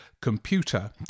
computer